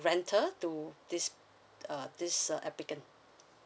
rental to this uh this uh applicant